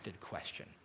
question